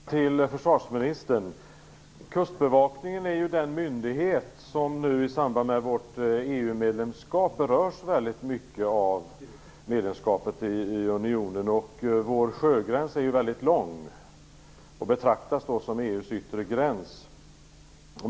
Herr talman! Jag har en fråga till försvarsministern. Kustbevakningen är en myndighet som berörs väldigt mycket av vårt EU-medlemskap. Vår sjögräns är ju mycket lång, och betraktas som EU:s yttre gräns.